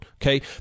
Okay